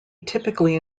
typically